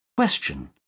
Question